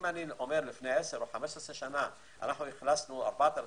לפני 10, 15 שנה אכלסנו 4,000,